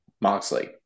Moxley